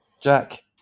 Jack